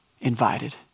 invited